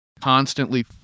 constantly